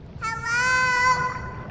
Hello